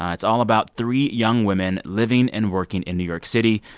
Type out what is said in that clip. it's all about three young women living and working in new york city,